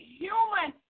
human